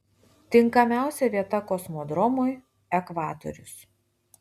tinkamiausia vieta kosmodromui ekvatorius